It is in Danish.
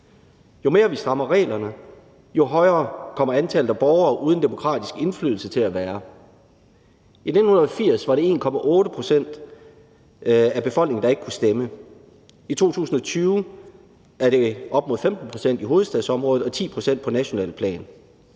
Jo mere vi strammer reglerne, jo højere kommer antallet af borgere uden demokratisk indflydelse til at være. I 1980 var det 1,8 pct. af befolkningen, der ikke kunne stemme; i 2020 er det op mod 15 pct. i hovedstadsområdet og 10 pct. på nationalt plan.